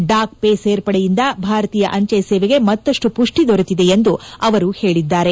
dock pay ಸೇರ್ಪಡೆಯಿಂದ ಭಾರತೀಯ ಅಂಜೆ ಸೇವೆಗೆ ಮತ್ತಷ್ಟು ಪುಷ್ಟಿ ದೊರೆತಿದೆ ಎಂದು ಅವರು ಹೇಳಿದ್ದಾರೆ